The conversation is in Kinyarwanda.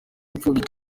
impfubyi